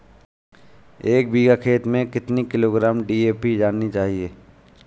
एक बीघा खेत में कितनी किलोग्राम डी.ए.पी डालनी चाहिए?